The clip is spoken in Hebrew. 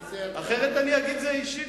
אחרת אני אגיד שזה אישי.